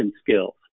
skills